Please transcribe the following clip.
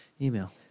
email